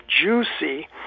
juicy